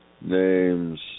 names